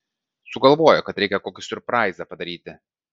sugalvojo kad reikia kokį siurpraizą padaryti